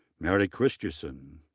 mary christinsen,